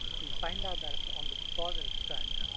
we find out that it's on the positive strand,